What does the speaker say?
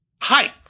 hype